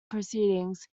proceedings